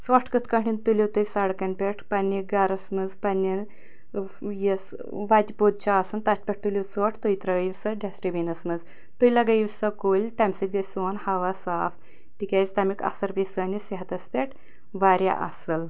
ژھۄٹھ کٕتھ کٲٹھۍ تُلِو تُہۍ سَڑکَن پٮ۪ٹھ پَننہِ گَھرس مَنٛز پَننہِ ٲں یۄس وَتہِ پوٚد چھُ آسان تتھ پٮ۪ٹھ تُلِو ژھۄٹھ تُہۍ ترٛٲیِو سۄ ڈسٹہِ بیٖنَس مَنٛز تُہۍ لَگٲیِو سا کُلۍ تَمہِ سۭتۍ گَژھہِ سون ہوا صاف تِکیٛازِ تمیٛک اثر پیٚیہ سٲنِس صحتَس پٮ۪ٹھ واریاہ اصٕل